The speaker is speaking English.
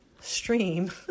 stream